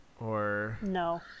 No